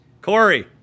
Corey